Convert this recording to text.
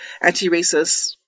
anti-racist